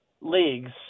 leagues